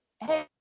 Hey